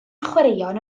chwaraeon